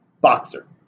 boxer